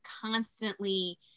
constantly